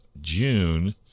June